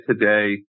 today